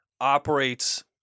operates